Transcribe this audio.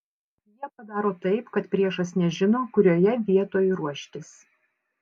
jie padaro taip kad priešas nežino kurioje vietoj ruoštis